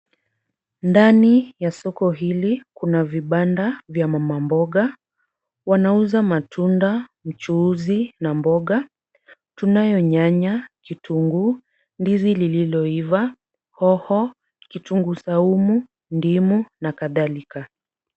Ndani ya soko hili kuna vibanda vya mama mboga wanauza matunda, mchuuzi na mboga tunayo, nyanya, vitunguu, ndizi lililoiva, hoho, kitunguu saumu, ndimu na kadhalika.